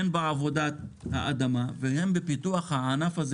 הן בעבודת האדמה והן בפיתוח הענף הזה.